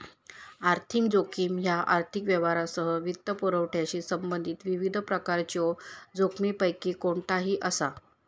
आर्थिक जोखीम ह्या आर्थिक व्यवहारांसह वित्तपुरवठ्याशी संबंधित विविध प्रकारच्यो जोखमींपैकी कोणताही असा